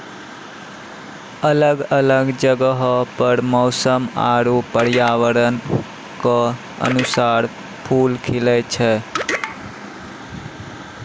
अलग अलग जगहो पर मौसम आरु पर्यावरण क अनुसार फूल खिलए छै